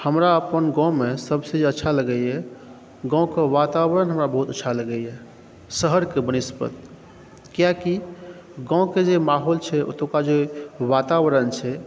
हमरा अपन गाँवमे सबसे अच्छा लागैया गाँवके वातावरण हमरा बहुत अच्छा लागैया शहरके वनस्पति कियाकि गाँवके जे माहौल छै ओतुका जे वातावरण छै